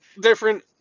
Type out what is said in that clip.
different